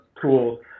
tools